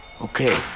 Okay